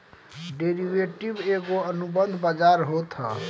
derivative एगो अनुबंध बाजार होत हअ